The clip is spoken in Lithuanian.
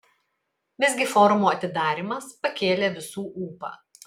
visgi forumo atidarymas pakėlė visų ūpą